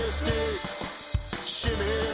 shimmy